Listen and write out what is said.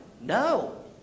No